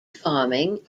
farming